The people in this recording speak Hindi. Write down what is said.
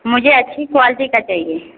मुझे अच्छी क्वालिटी का चाहिये